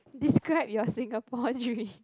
describe your Singapore dream